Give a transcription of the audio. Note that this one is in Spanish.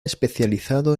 especializado